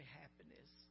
happiness